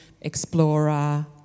explorer